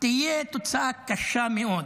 תהיה תוצאה קשה מאוד.